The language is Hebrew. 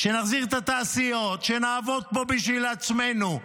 שנחזיר את התעשיות, שנעבוד פה בשביל עצמנו,